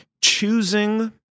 choosing